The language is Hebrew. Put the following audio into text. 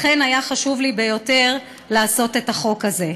לכן, היה לי חשוב ביותר לעשות את החוק הזה.